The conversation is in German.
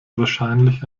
wahrscheinlich